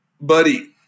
buddy